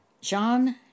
John